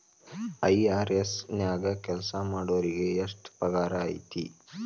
IRS ನ್ಯಾಗ್ ಕೆಲ್ಸಾಮಾಡೊರಿಗೆ ಎಷ್ಟ್ ಪಗಾರ್ ಐತಿ?